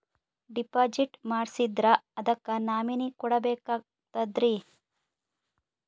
Deposit ಮಾಡ್ಸಿದ್ರ ಅದಕ್ಕ nominee ಕೊಡಬೇಕಾಗ್ತದ್ರಿ?